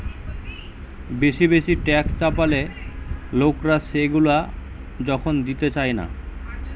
বেশি বেশি ট্যাক্স চাপালে লোকরা সেগুলা যখন দিতে চায়না